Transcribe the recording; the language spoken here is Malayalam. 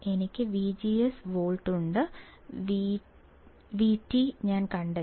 എനിക്ക് വിജിഎസ് വോൾട്ട് ഉണ്ട് വിടി ഞാൻ കണ്ടെത്തി